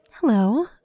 Hello